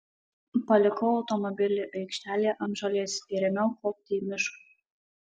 palikau automobilį aikštelėje ant žolės ir ėmiau kopti į mišką